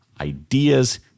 ideas